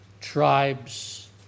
tribes